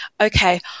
okay